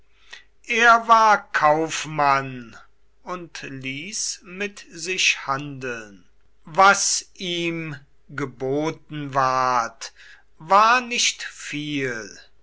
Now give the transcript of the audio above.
er war kaufmann und ließ mit sich handeln was ihm geboten ward war nicht viel